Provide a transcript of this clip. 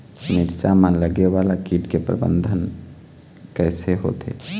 मिरचा मा लगे वाला कीट के प्रबंधन कइसे होथे?